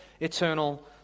eternal